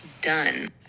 done